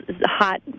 hot